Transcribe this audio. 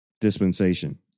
dispensation